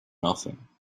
nothing